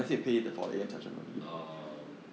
err